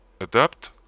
Adapt